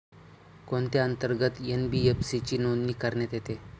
कोणत्या अंतर्गत एन.बी.एफ.सी ची नोंदणी करण्यात येते?